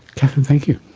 katherine, thank you.